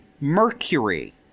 mercury